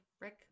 Rick